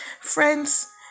Friends